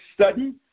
sudden